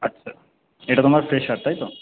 আচ্ছা এটা তোমার ফ্রেশার তাই তো